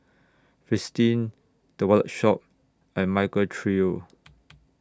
Fristine The Wallet Shop and Michael Trio